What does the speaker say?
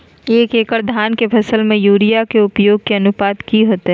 एक एकड़ धान के फसल में यूरिया के उपयोग के अनुपात की होतय?